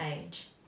age